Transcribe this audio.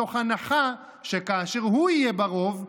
מתוך הנחה שכאשר יהיה הוא ברוב,